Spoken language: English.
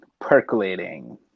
percolating